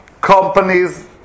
companies